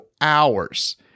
hours